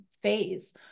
phase